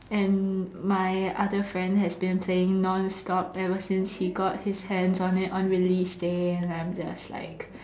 and my other friend has been saying non stop ever since he got his hands on it on release day and I'm just like